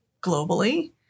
globally